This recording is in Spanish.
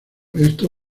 esto